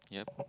yup